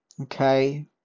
Okay